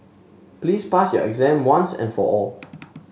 please pass your exam once and for all